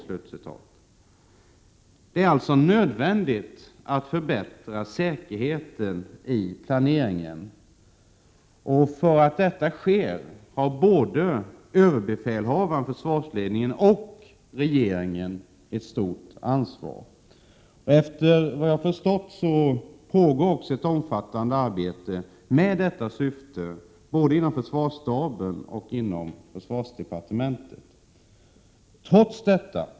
Det är alltså nödvändigt att förbättra säkerheten i planeringen. För detta har överbefälhavaren, försvarsledningen och regeringen ett stort ansvar. Enligt vad jag har förstått pågår också ett omfattande arbete i detta syfte, både inom försvarsstaben och inom försvarsdepartementet.